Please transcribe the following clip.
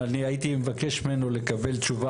אני הייתי מבקש ממנו לקבל תשובה.